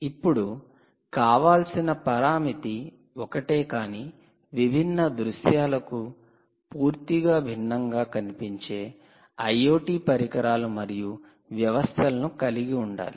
ఇప్పుడు కావాల్సిన పరామితి ఒకటే కాని విభిన్న దృశ్యాలకు పూర్తిగా భిన్నంగా కనిపించే IoT పరికరాలు మరియు వ్యవస్థలను కలిగి ఉండాలి